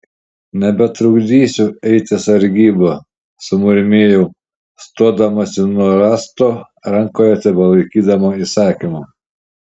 nebetrukdysiu eiti sargybą sumurmėjau stodamasi nuo rąsto rankoje tebelaikydama įsakymą